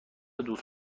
دوست